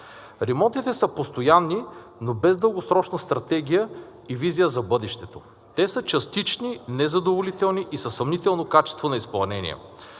Ремонтите са постоянни, но без дългосрочна стратегия и визия за бъдещето. Те са частични, незадоволителни и със съмнително качество на изпълнение.